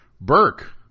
Burke